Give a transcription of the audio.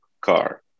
car